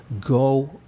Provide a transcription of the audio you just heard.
Go